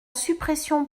suppression